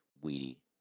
weedy